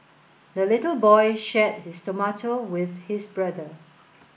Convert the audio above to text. the little boy shared his tomato with his brother